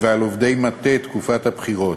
ועל עובדי מטה תקופת הבחירות,